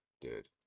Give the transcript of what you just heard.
Dude